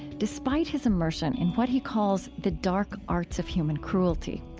despite his immersion in what he calls the dark arts of human cruelty.